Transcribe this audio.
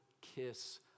kiss